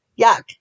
Yuck